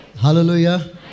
Hallelujah